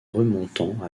remontant